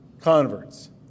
converts